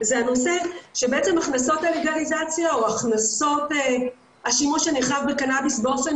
זה הנושא שבעצם הכנסות מלגליזציה או הכנסות השימוש הנרחב בקנאביס באופן